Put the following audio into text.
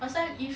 pasal if